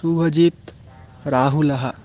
सुवजितः राहुलः